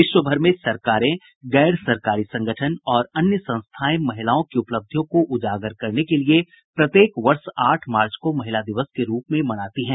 विश्वभर में सरकारें गैर सरकारी संगठन और अन्य संस्थाएं महिलाओं की उपलब्धियों को उजागर करने के लिए प्रत्येक वर्ष आठ मार्च को महिला दिवस के रूप में मनाती हैं